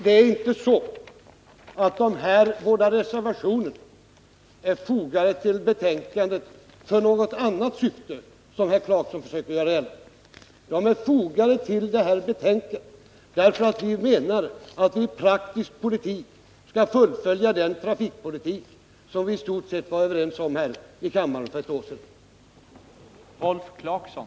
Det är inte så att de här båda reservationerna har fogats till betänkandet i något annat syfte, vilket herr Clarkson försökte göra gällande, än att vi i praktiskt handlande vill fullfölja den trafikpolitik som vi i stort sett var överens om här i kammaren för ett år sedan.